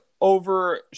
over